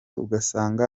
ugasanga